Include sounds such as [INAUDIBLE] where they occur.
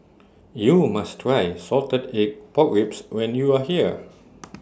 YOU must Try Salted Egg Pork Ribs when YOU Are here [NOISE]